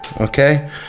okay